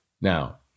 Now